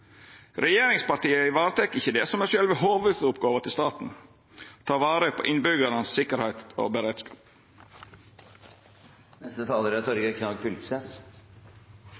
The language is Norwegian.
Regjeringspartia varetek ikkje det som er sjølve hovudoppgåva til staten: å ta vare på sikkerheita og beredskapen til innbyggjarane. Jord og hav er